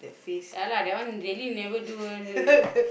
ya lah that one really never do